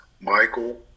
Michael